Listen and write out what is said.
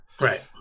Right